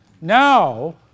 now